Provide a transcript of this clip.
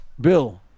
Bill